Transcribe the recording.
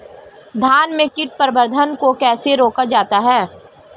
धान में कीट प्रबंधन को कैसे रोका जाता है?